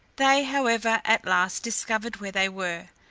they however at last discovered where they were,